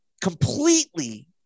completely